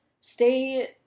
stay